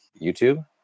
YouTube